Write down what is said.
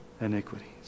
iniquities